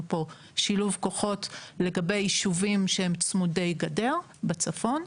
שילוב כוחות לגבי יישובים צמודי גדר בצפון,